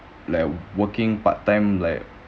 like working part-time like